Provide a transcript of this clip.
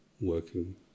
working